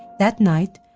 that night,